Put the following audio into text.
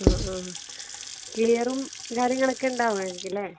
അ ആ ക്ലിയറും കാര്യങ്ങളൊക്കെ ഉണ്ടാവുമായിരിക്കുമല്ലേ